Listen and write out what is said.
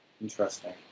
Interesting